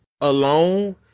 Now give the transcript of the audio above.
alone